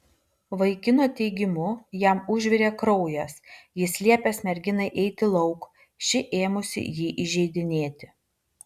vaikino teigimu jam užvirė kraujas jis liepęs merginai eiti lauk ši ėmusi jį įžeidinėti